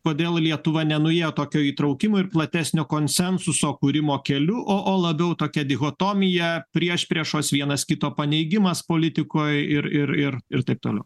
kodėl lietuva nenuėję tokio įtraukimo ir platesnio konsensuso kūrimo keliu o o labiau tokia dichotomija priešpriešos vienas kito paneigimas politikoj ir ir ir taip toliau